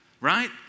right